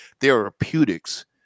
therapeutics